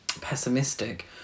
pessimistic